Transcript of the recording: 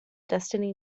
destiny